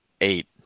eight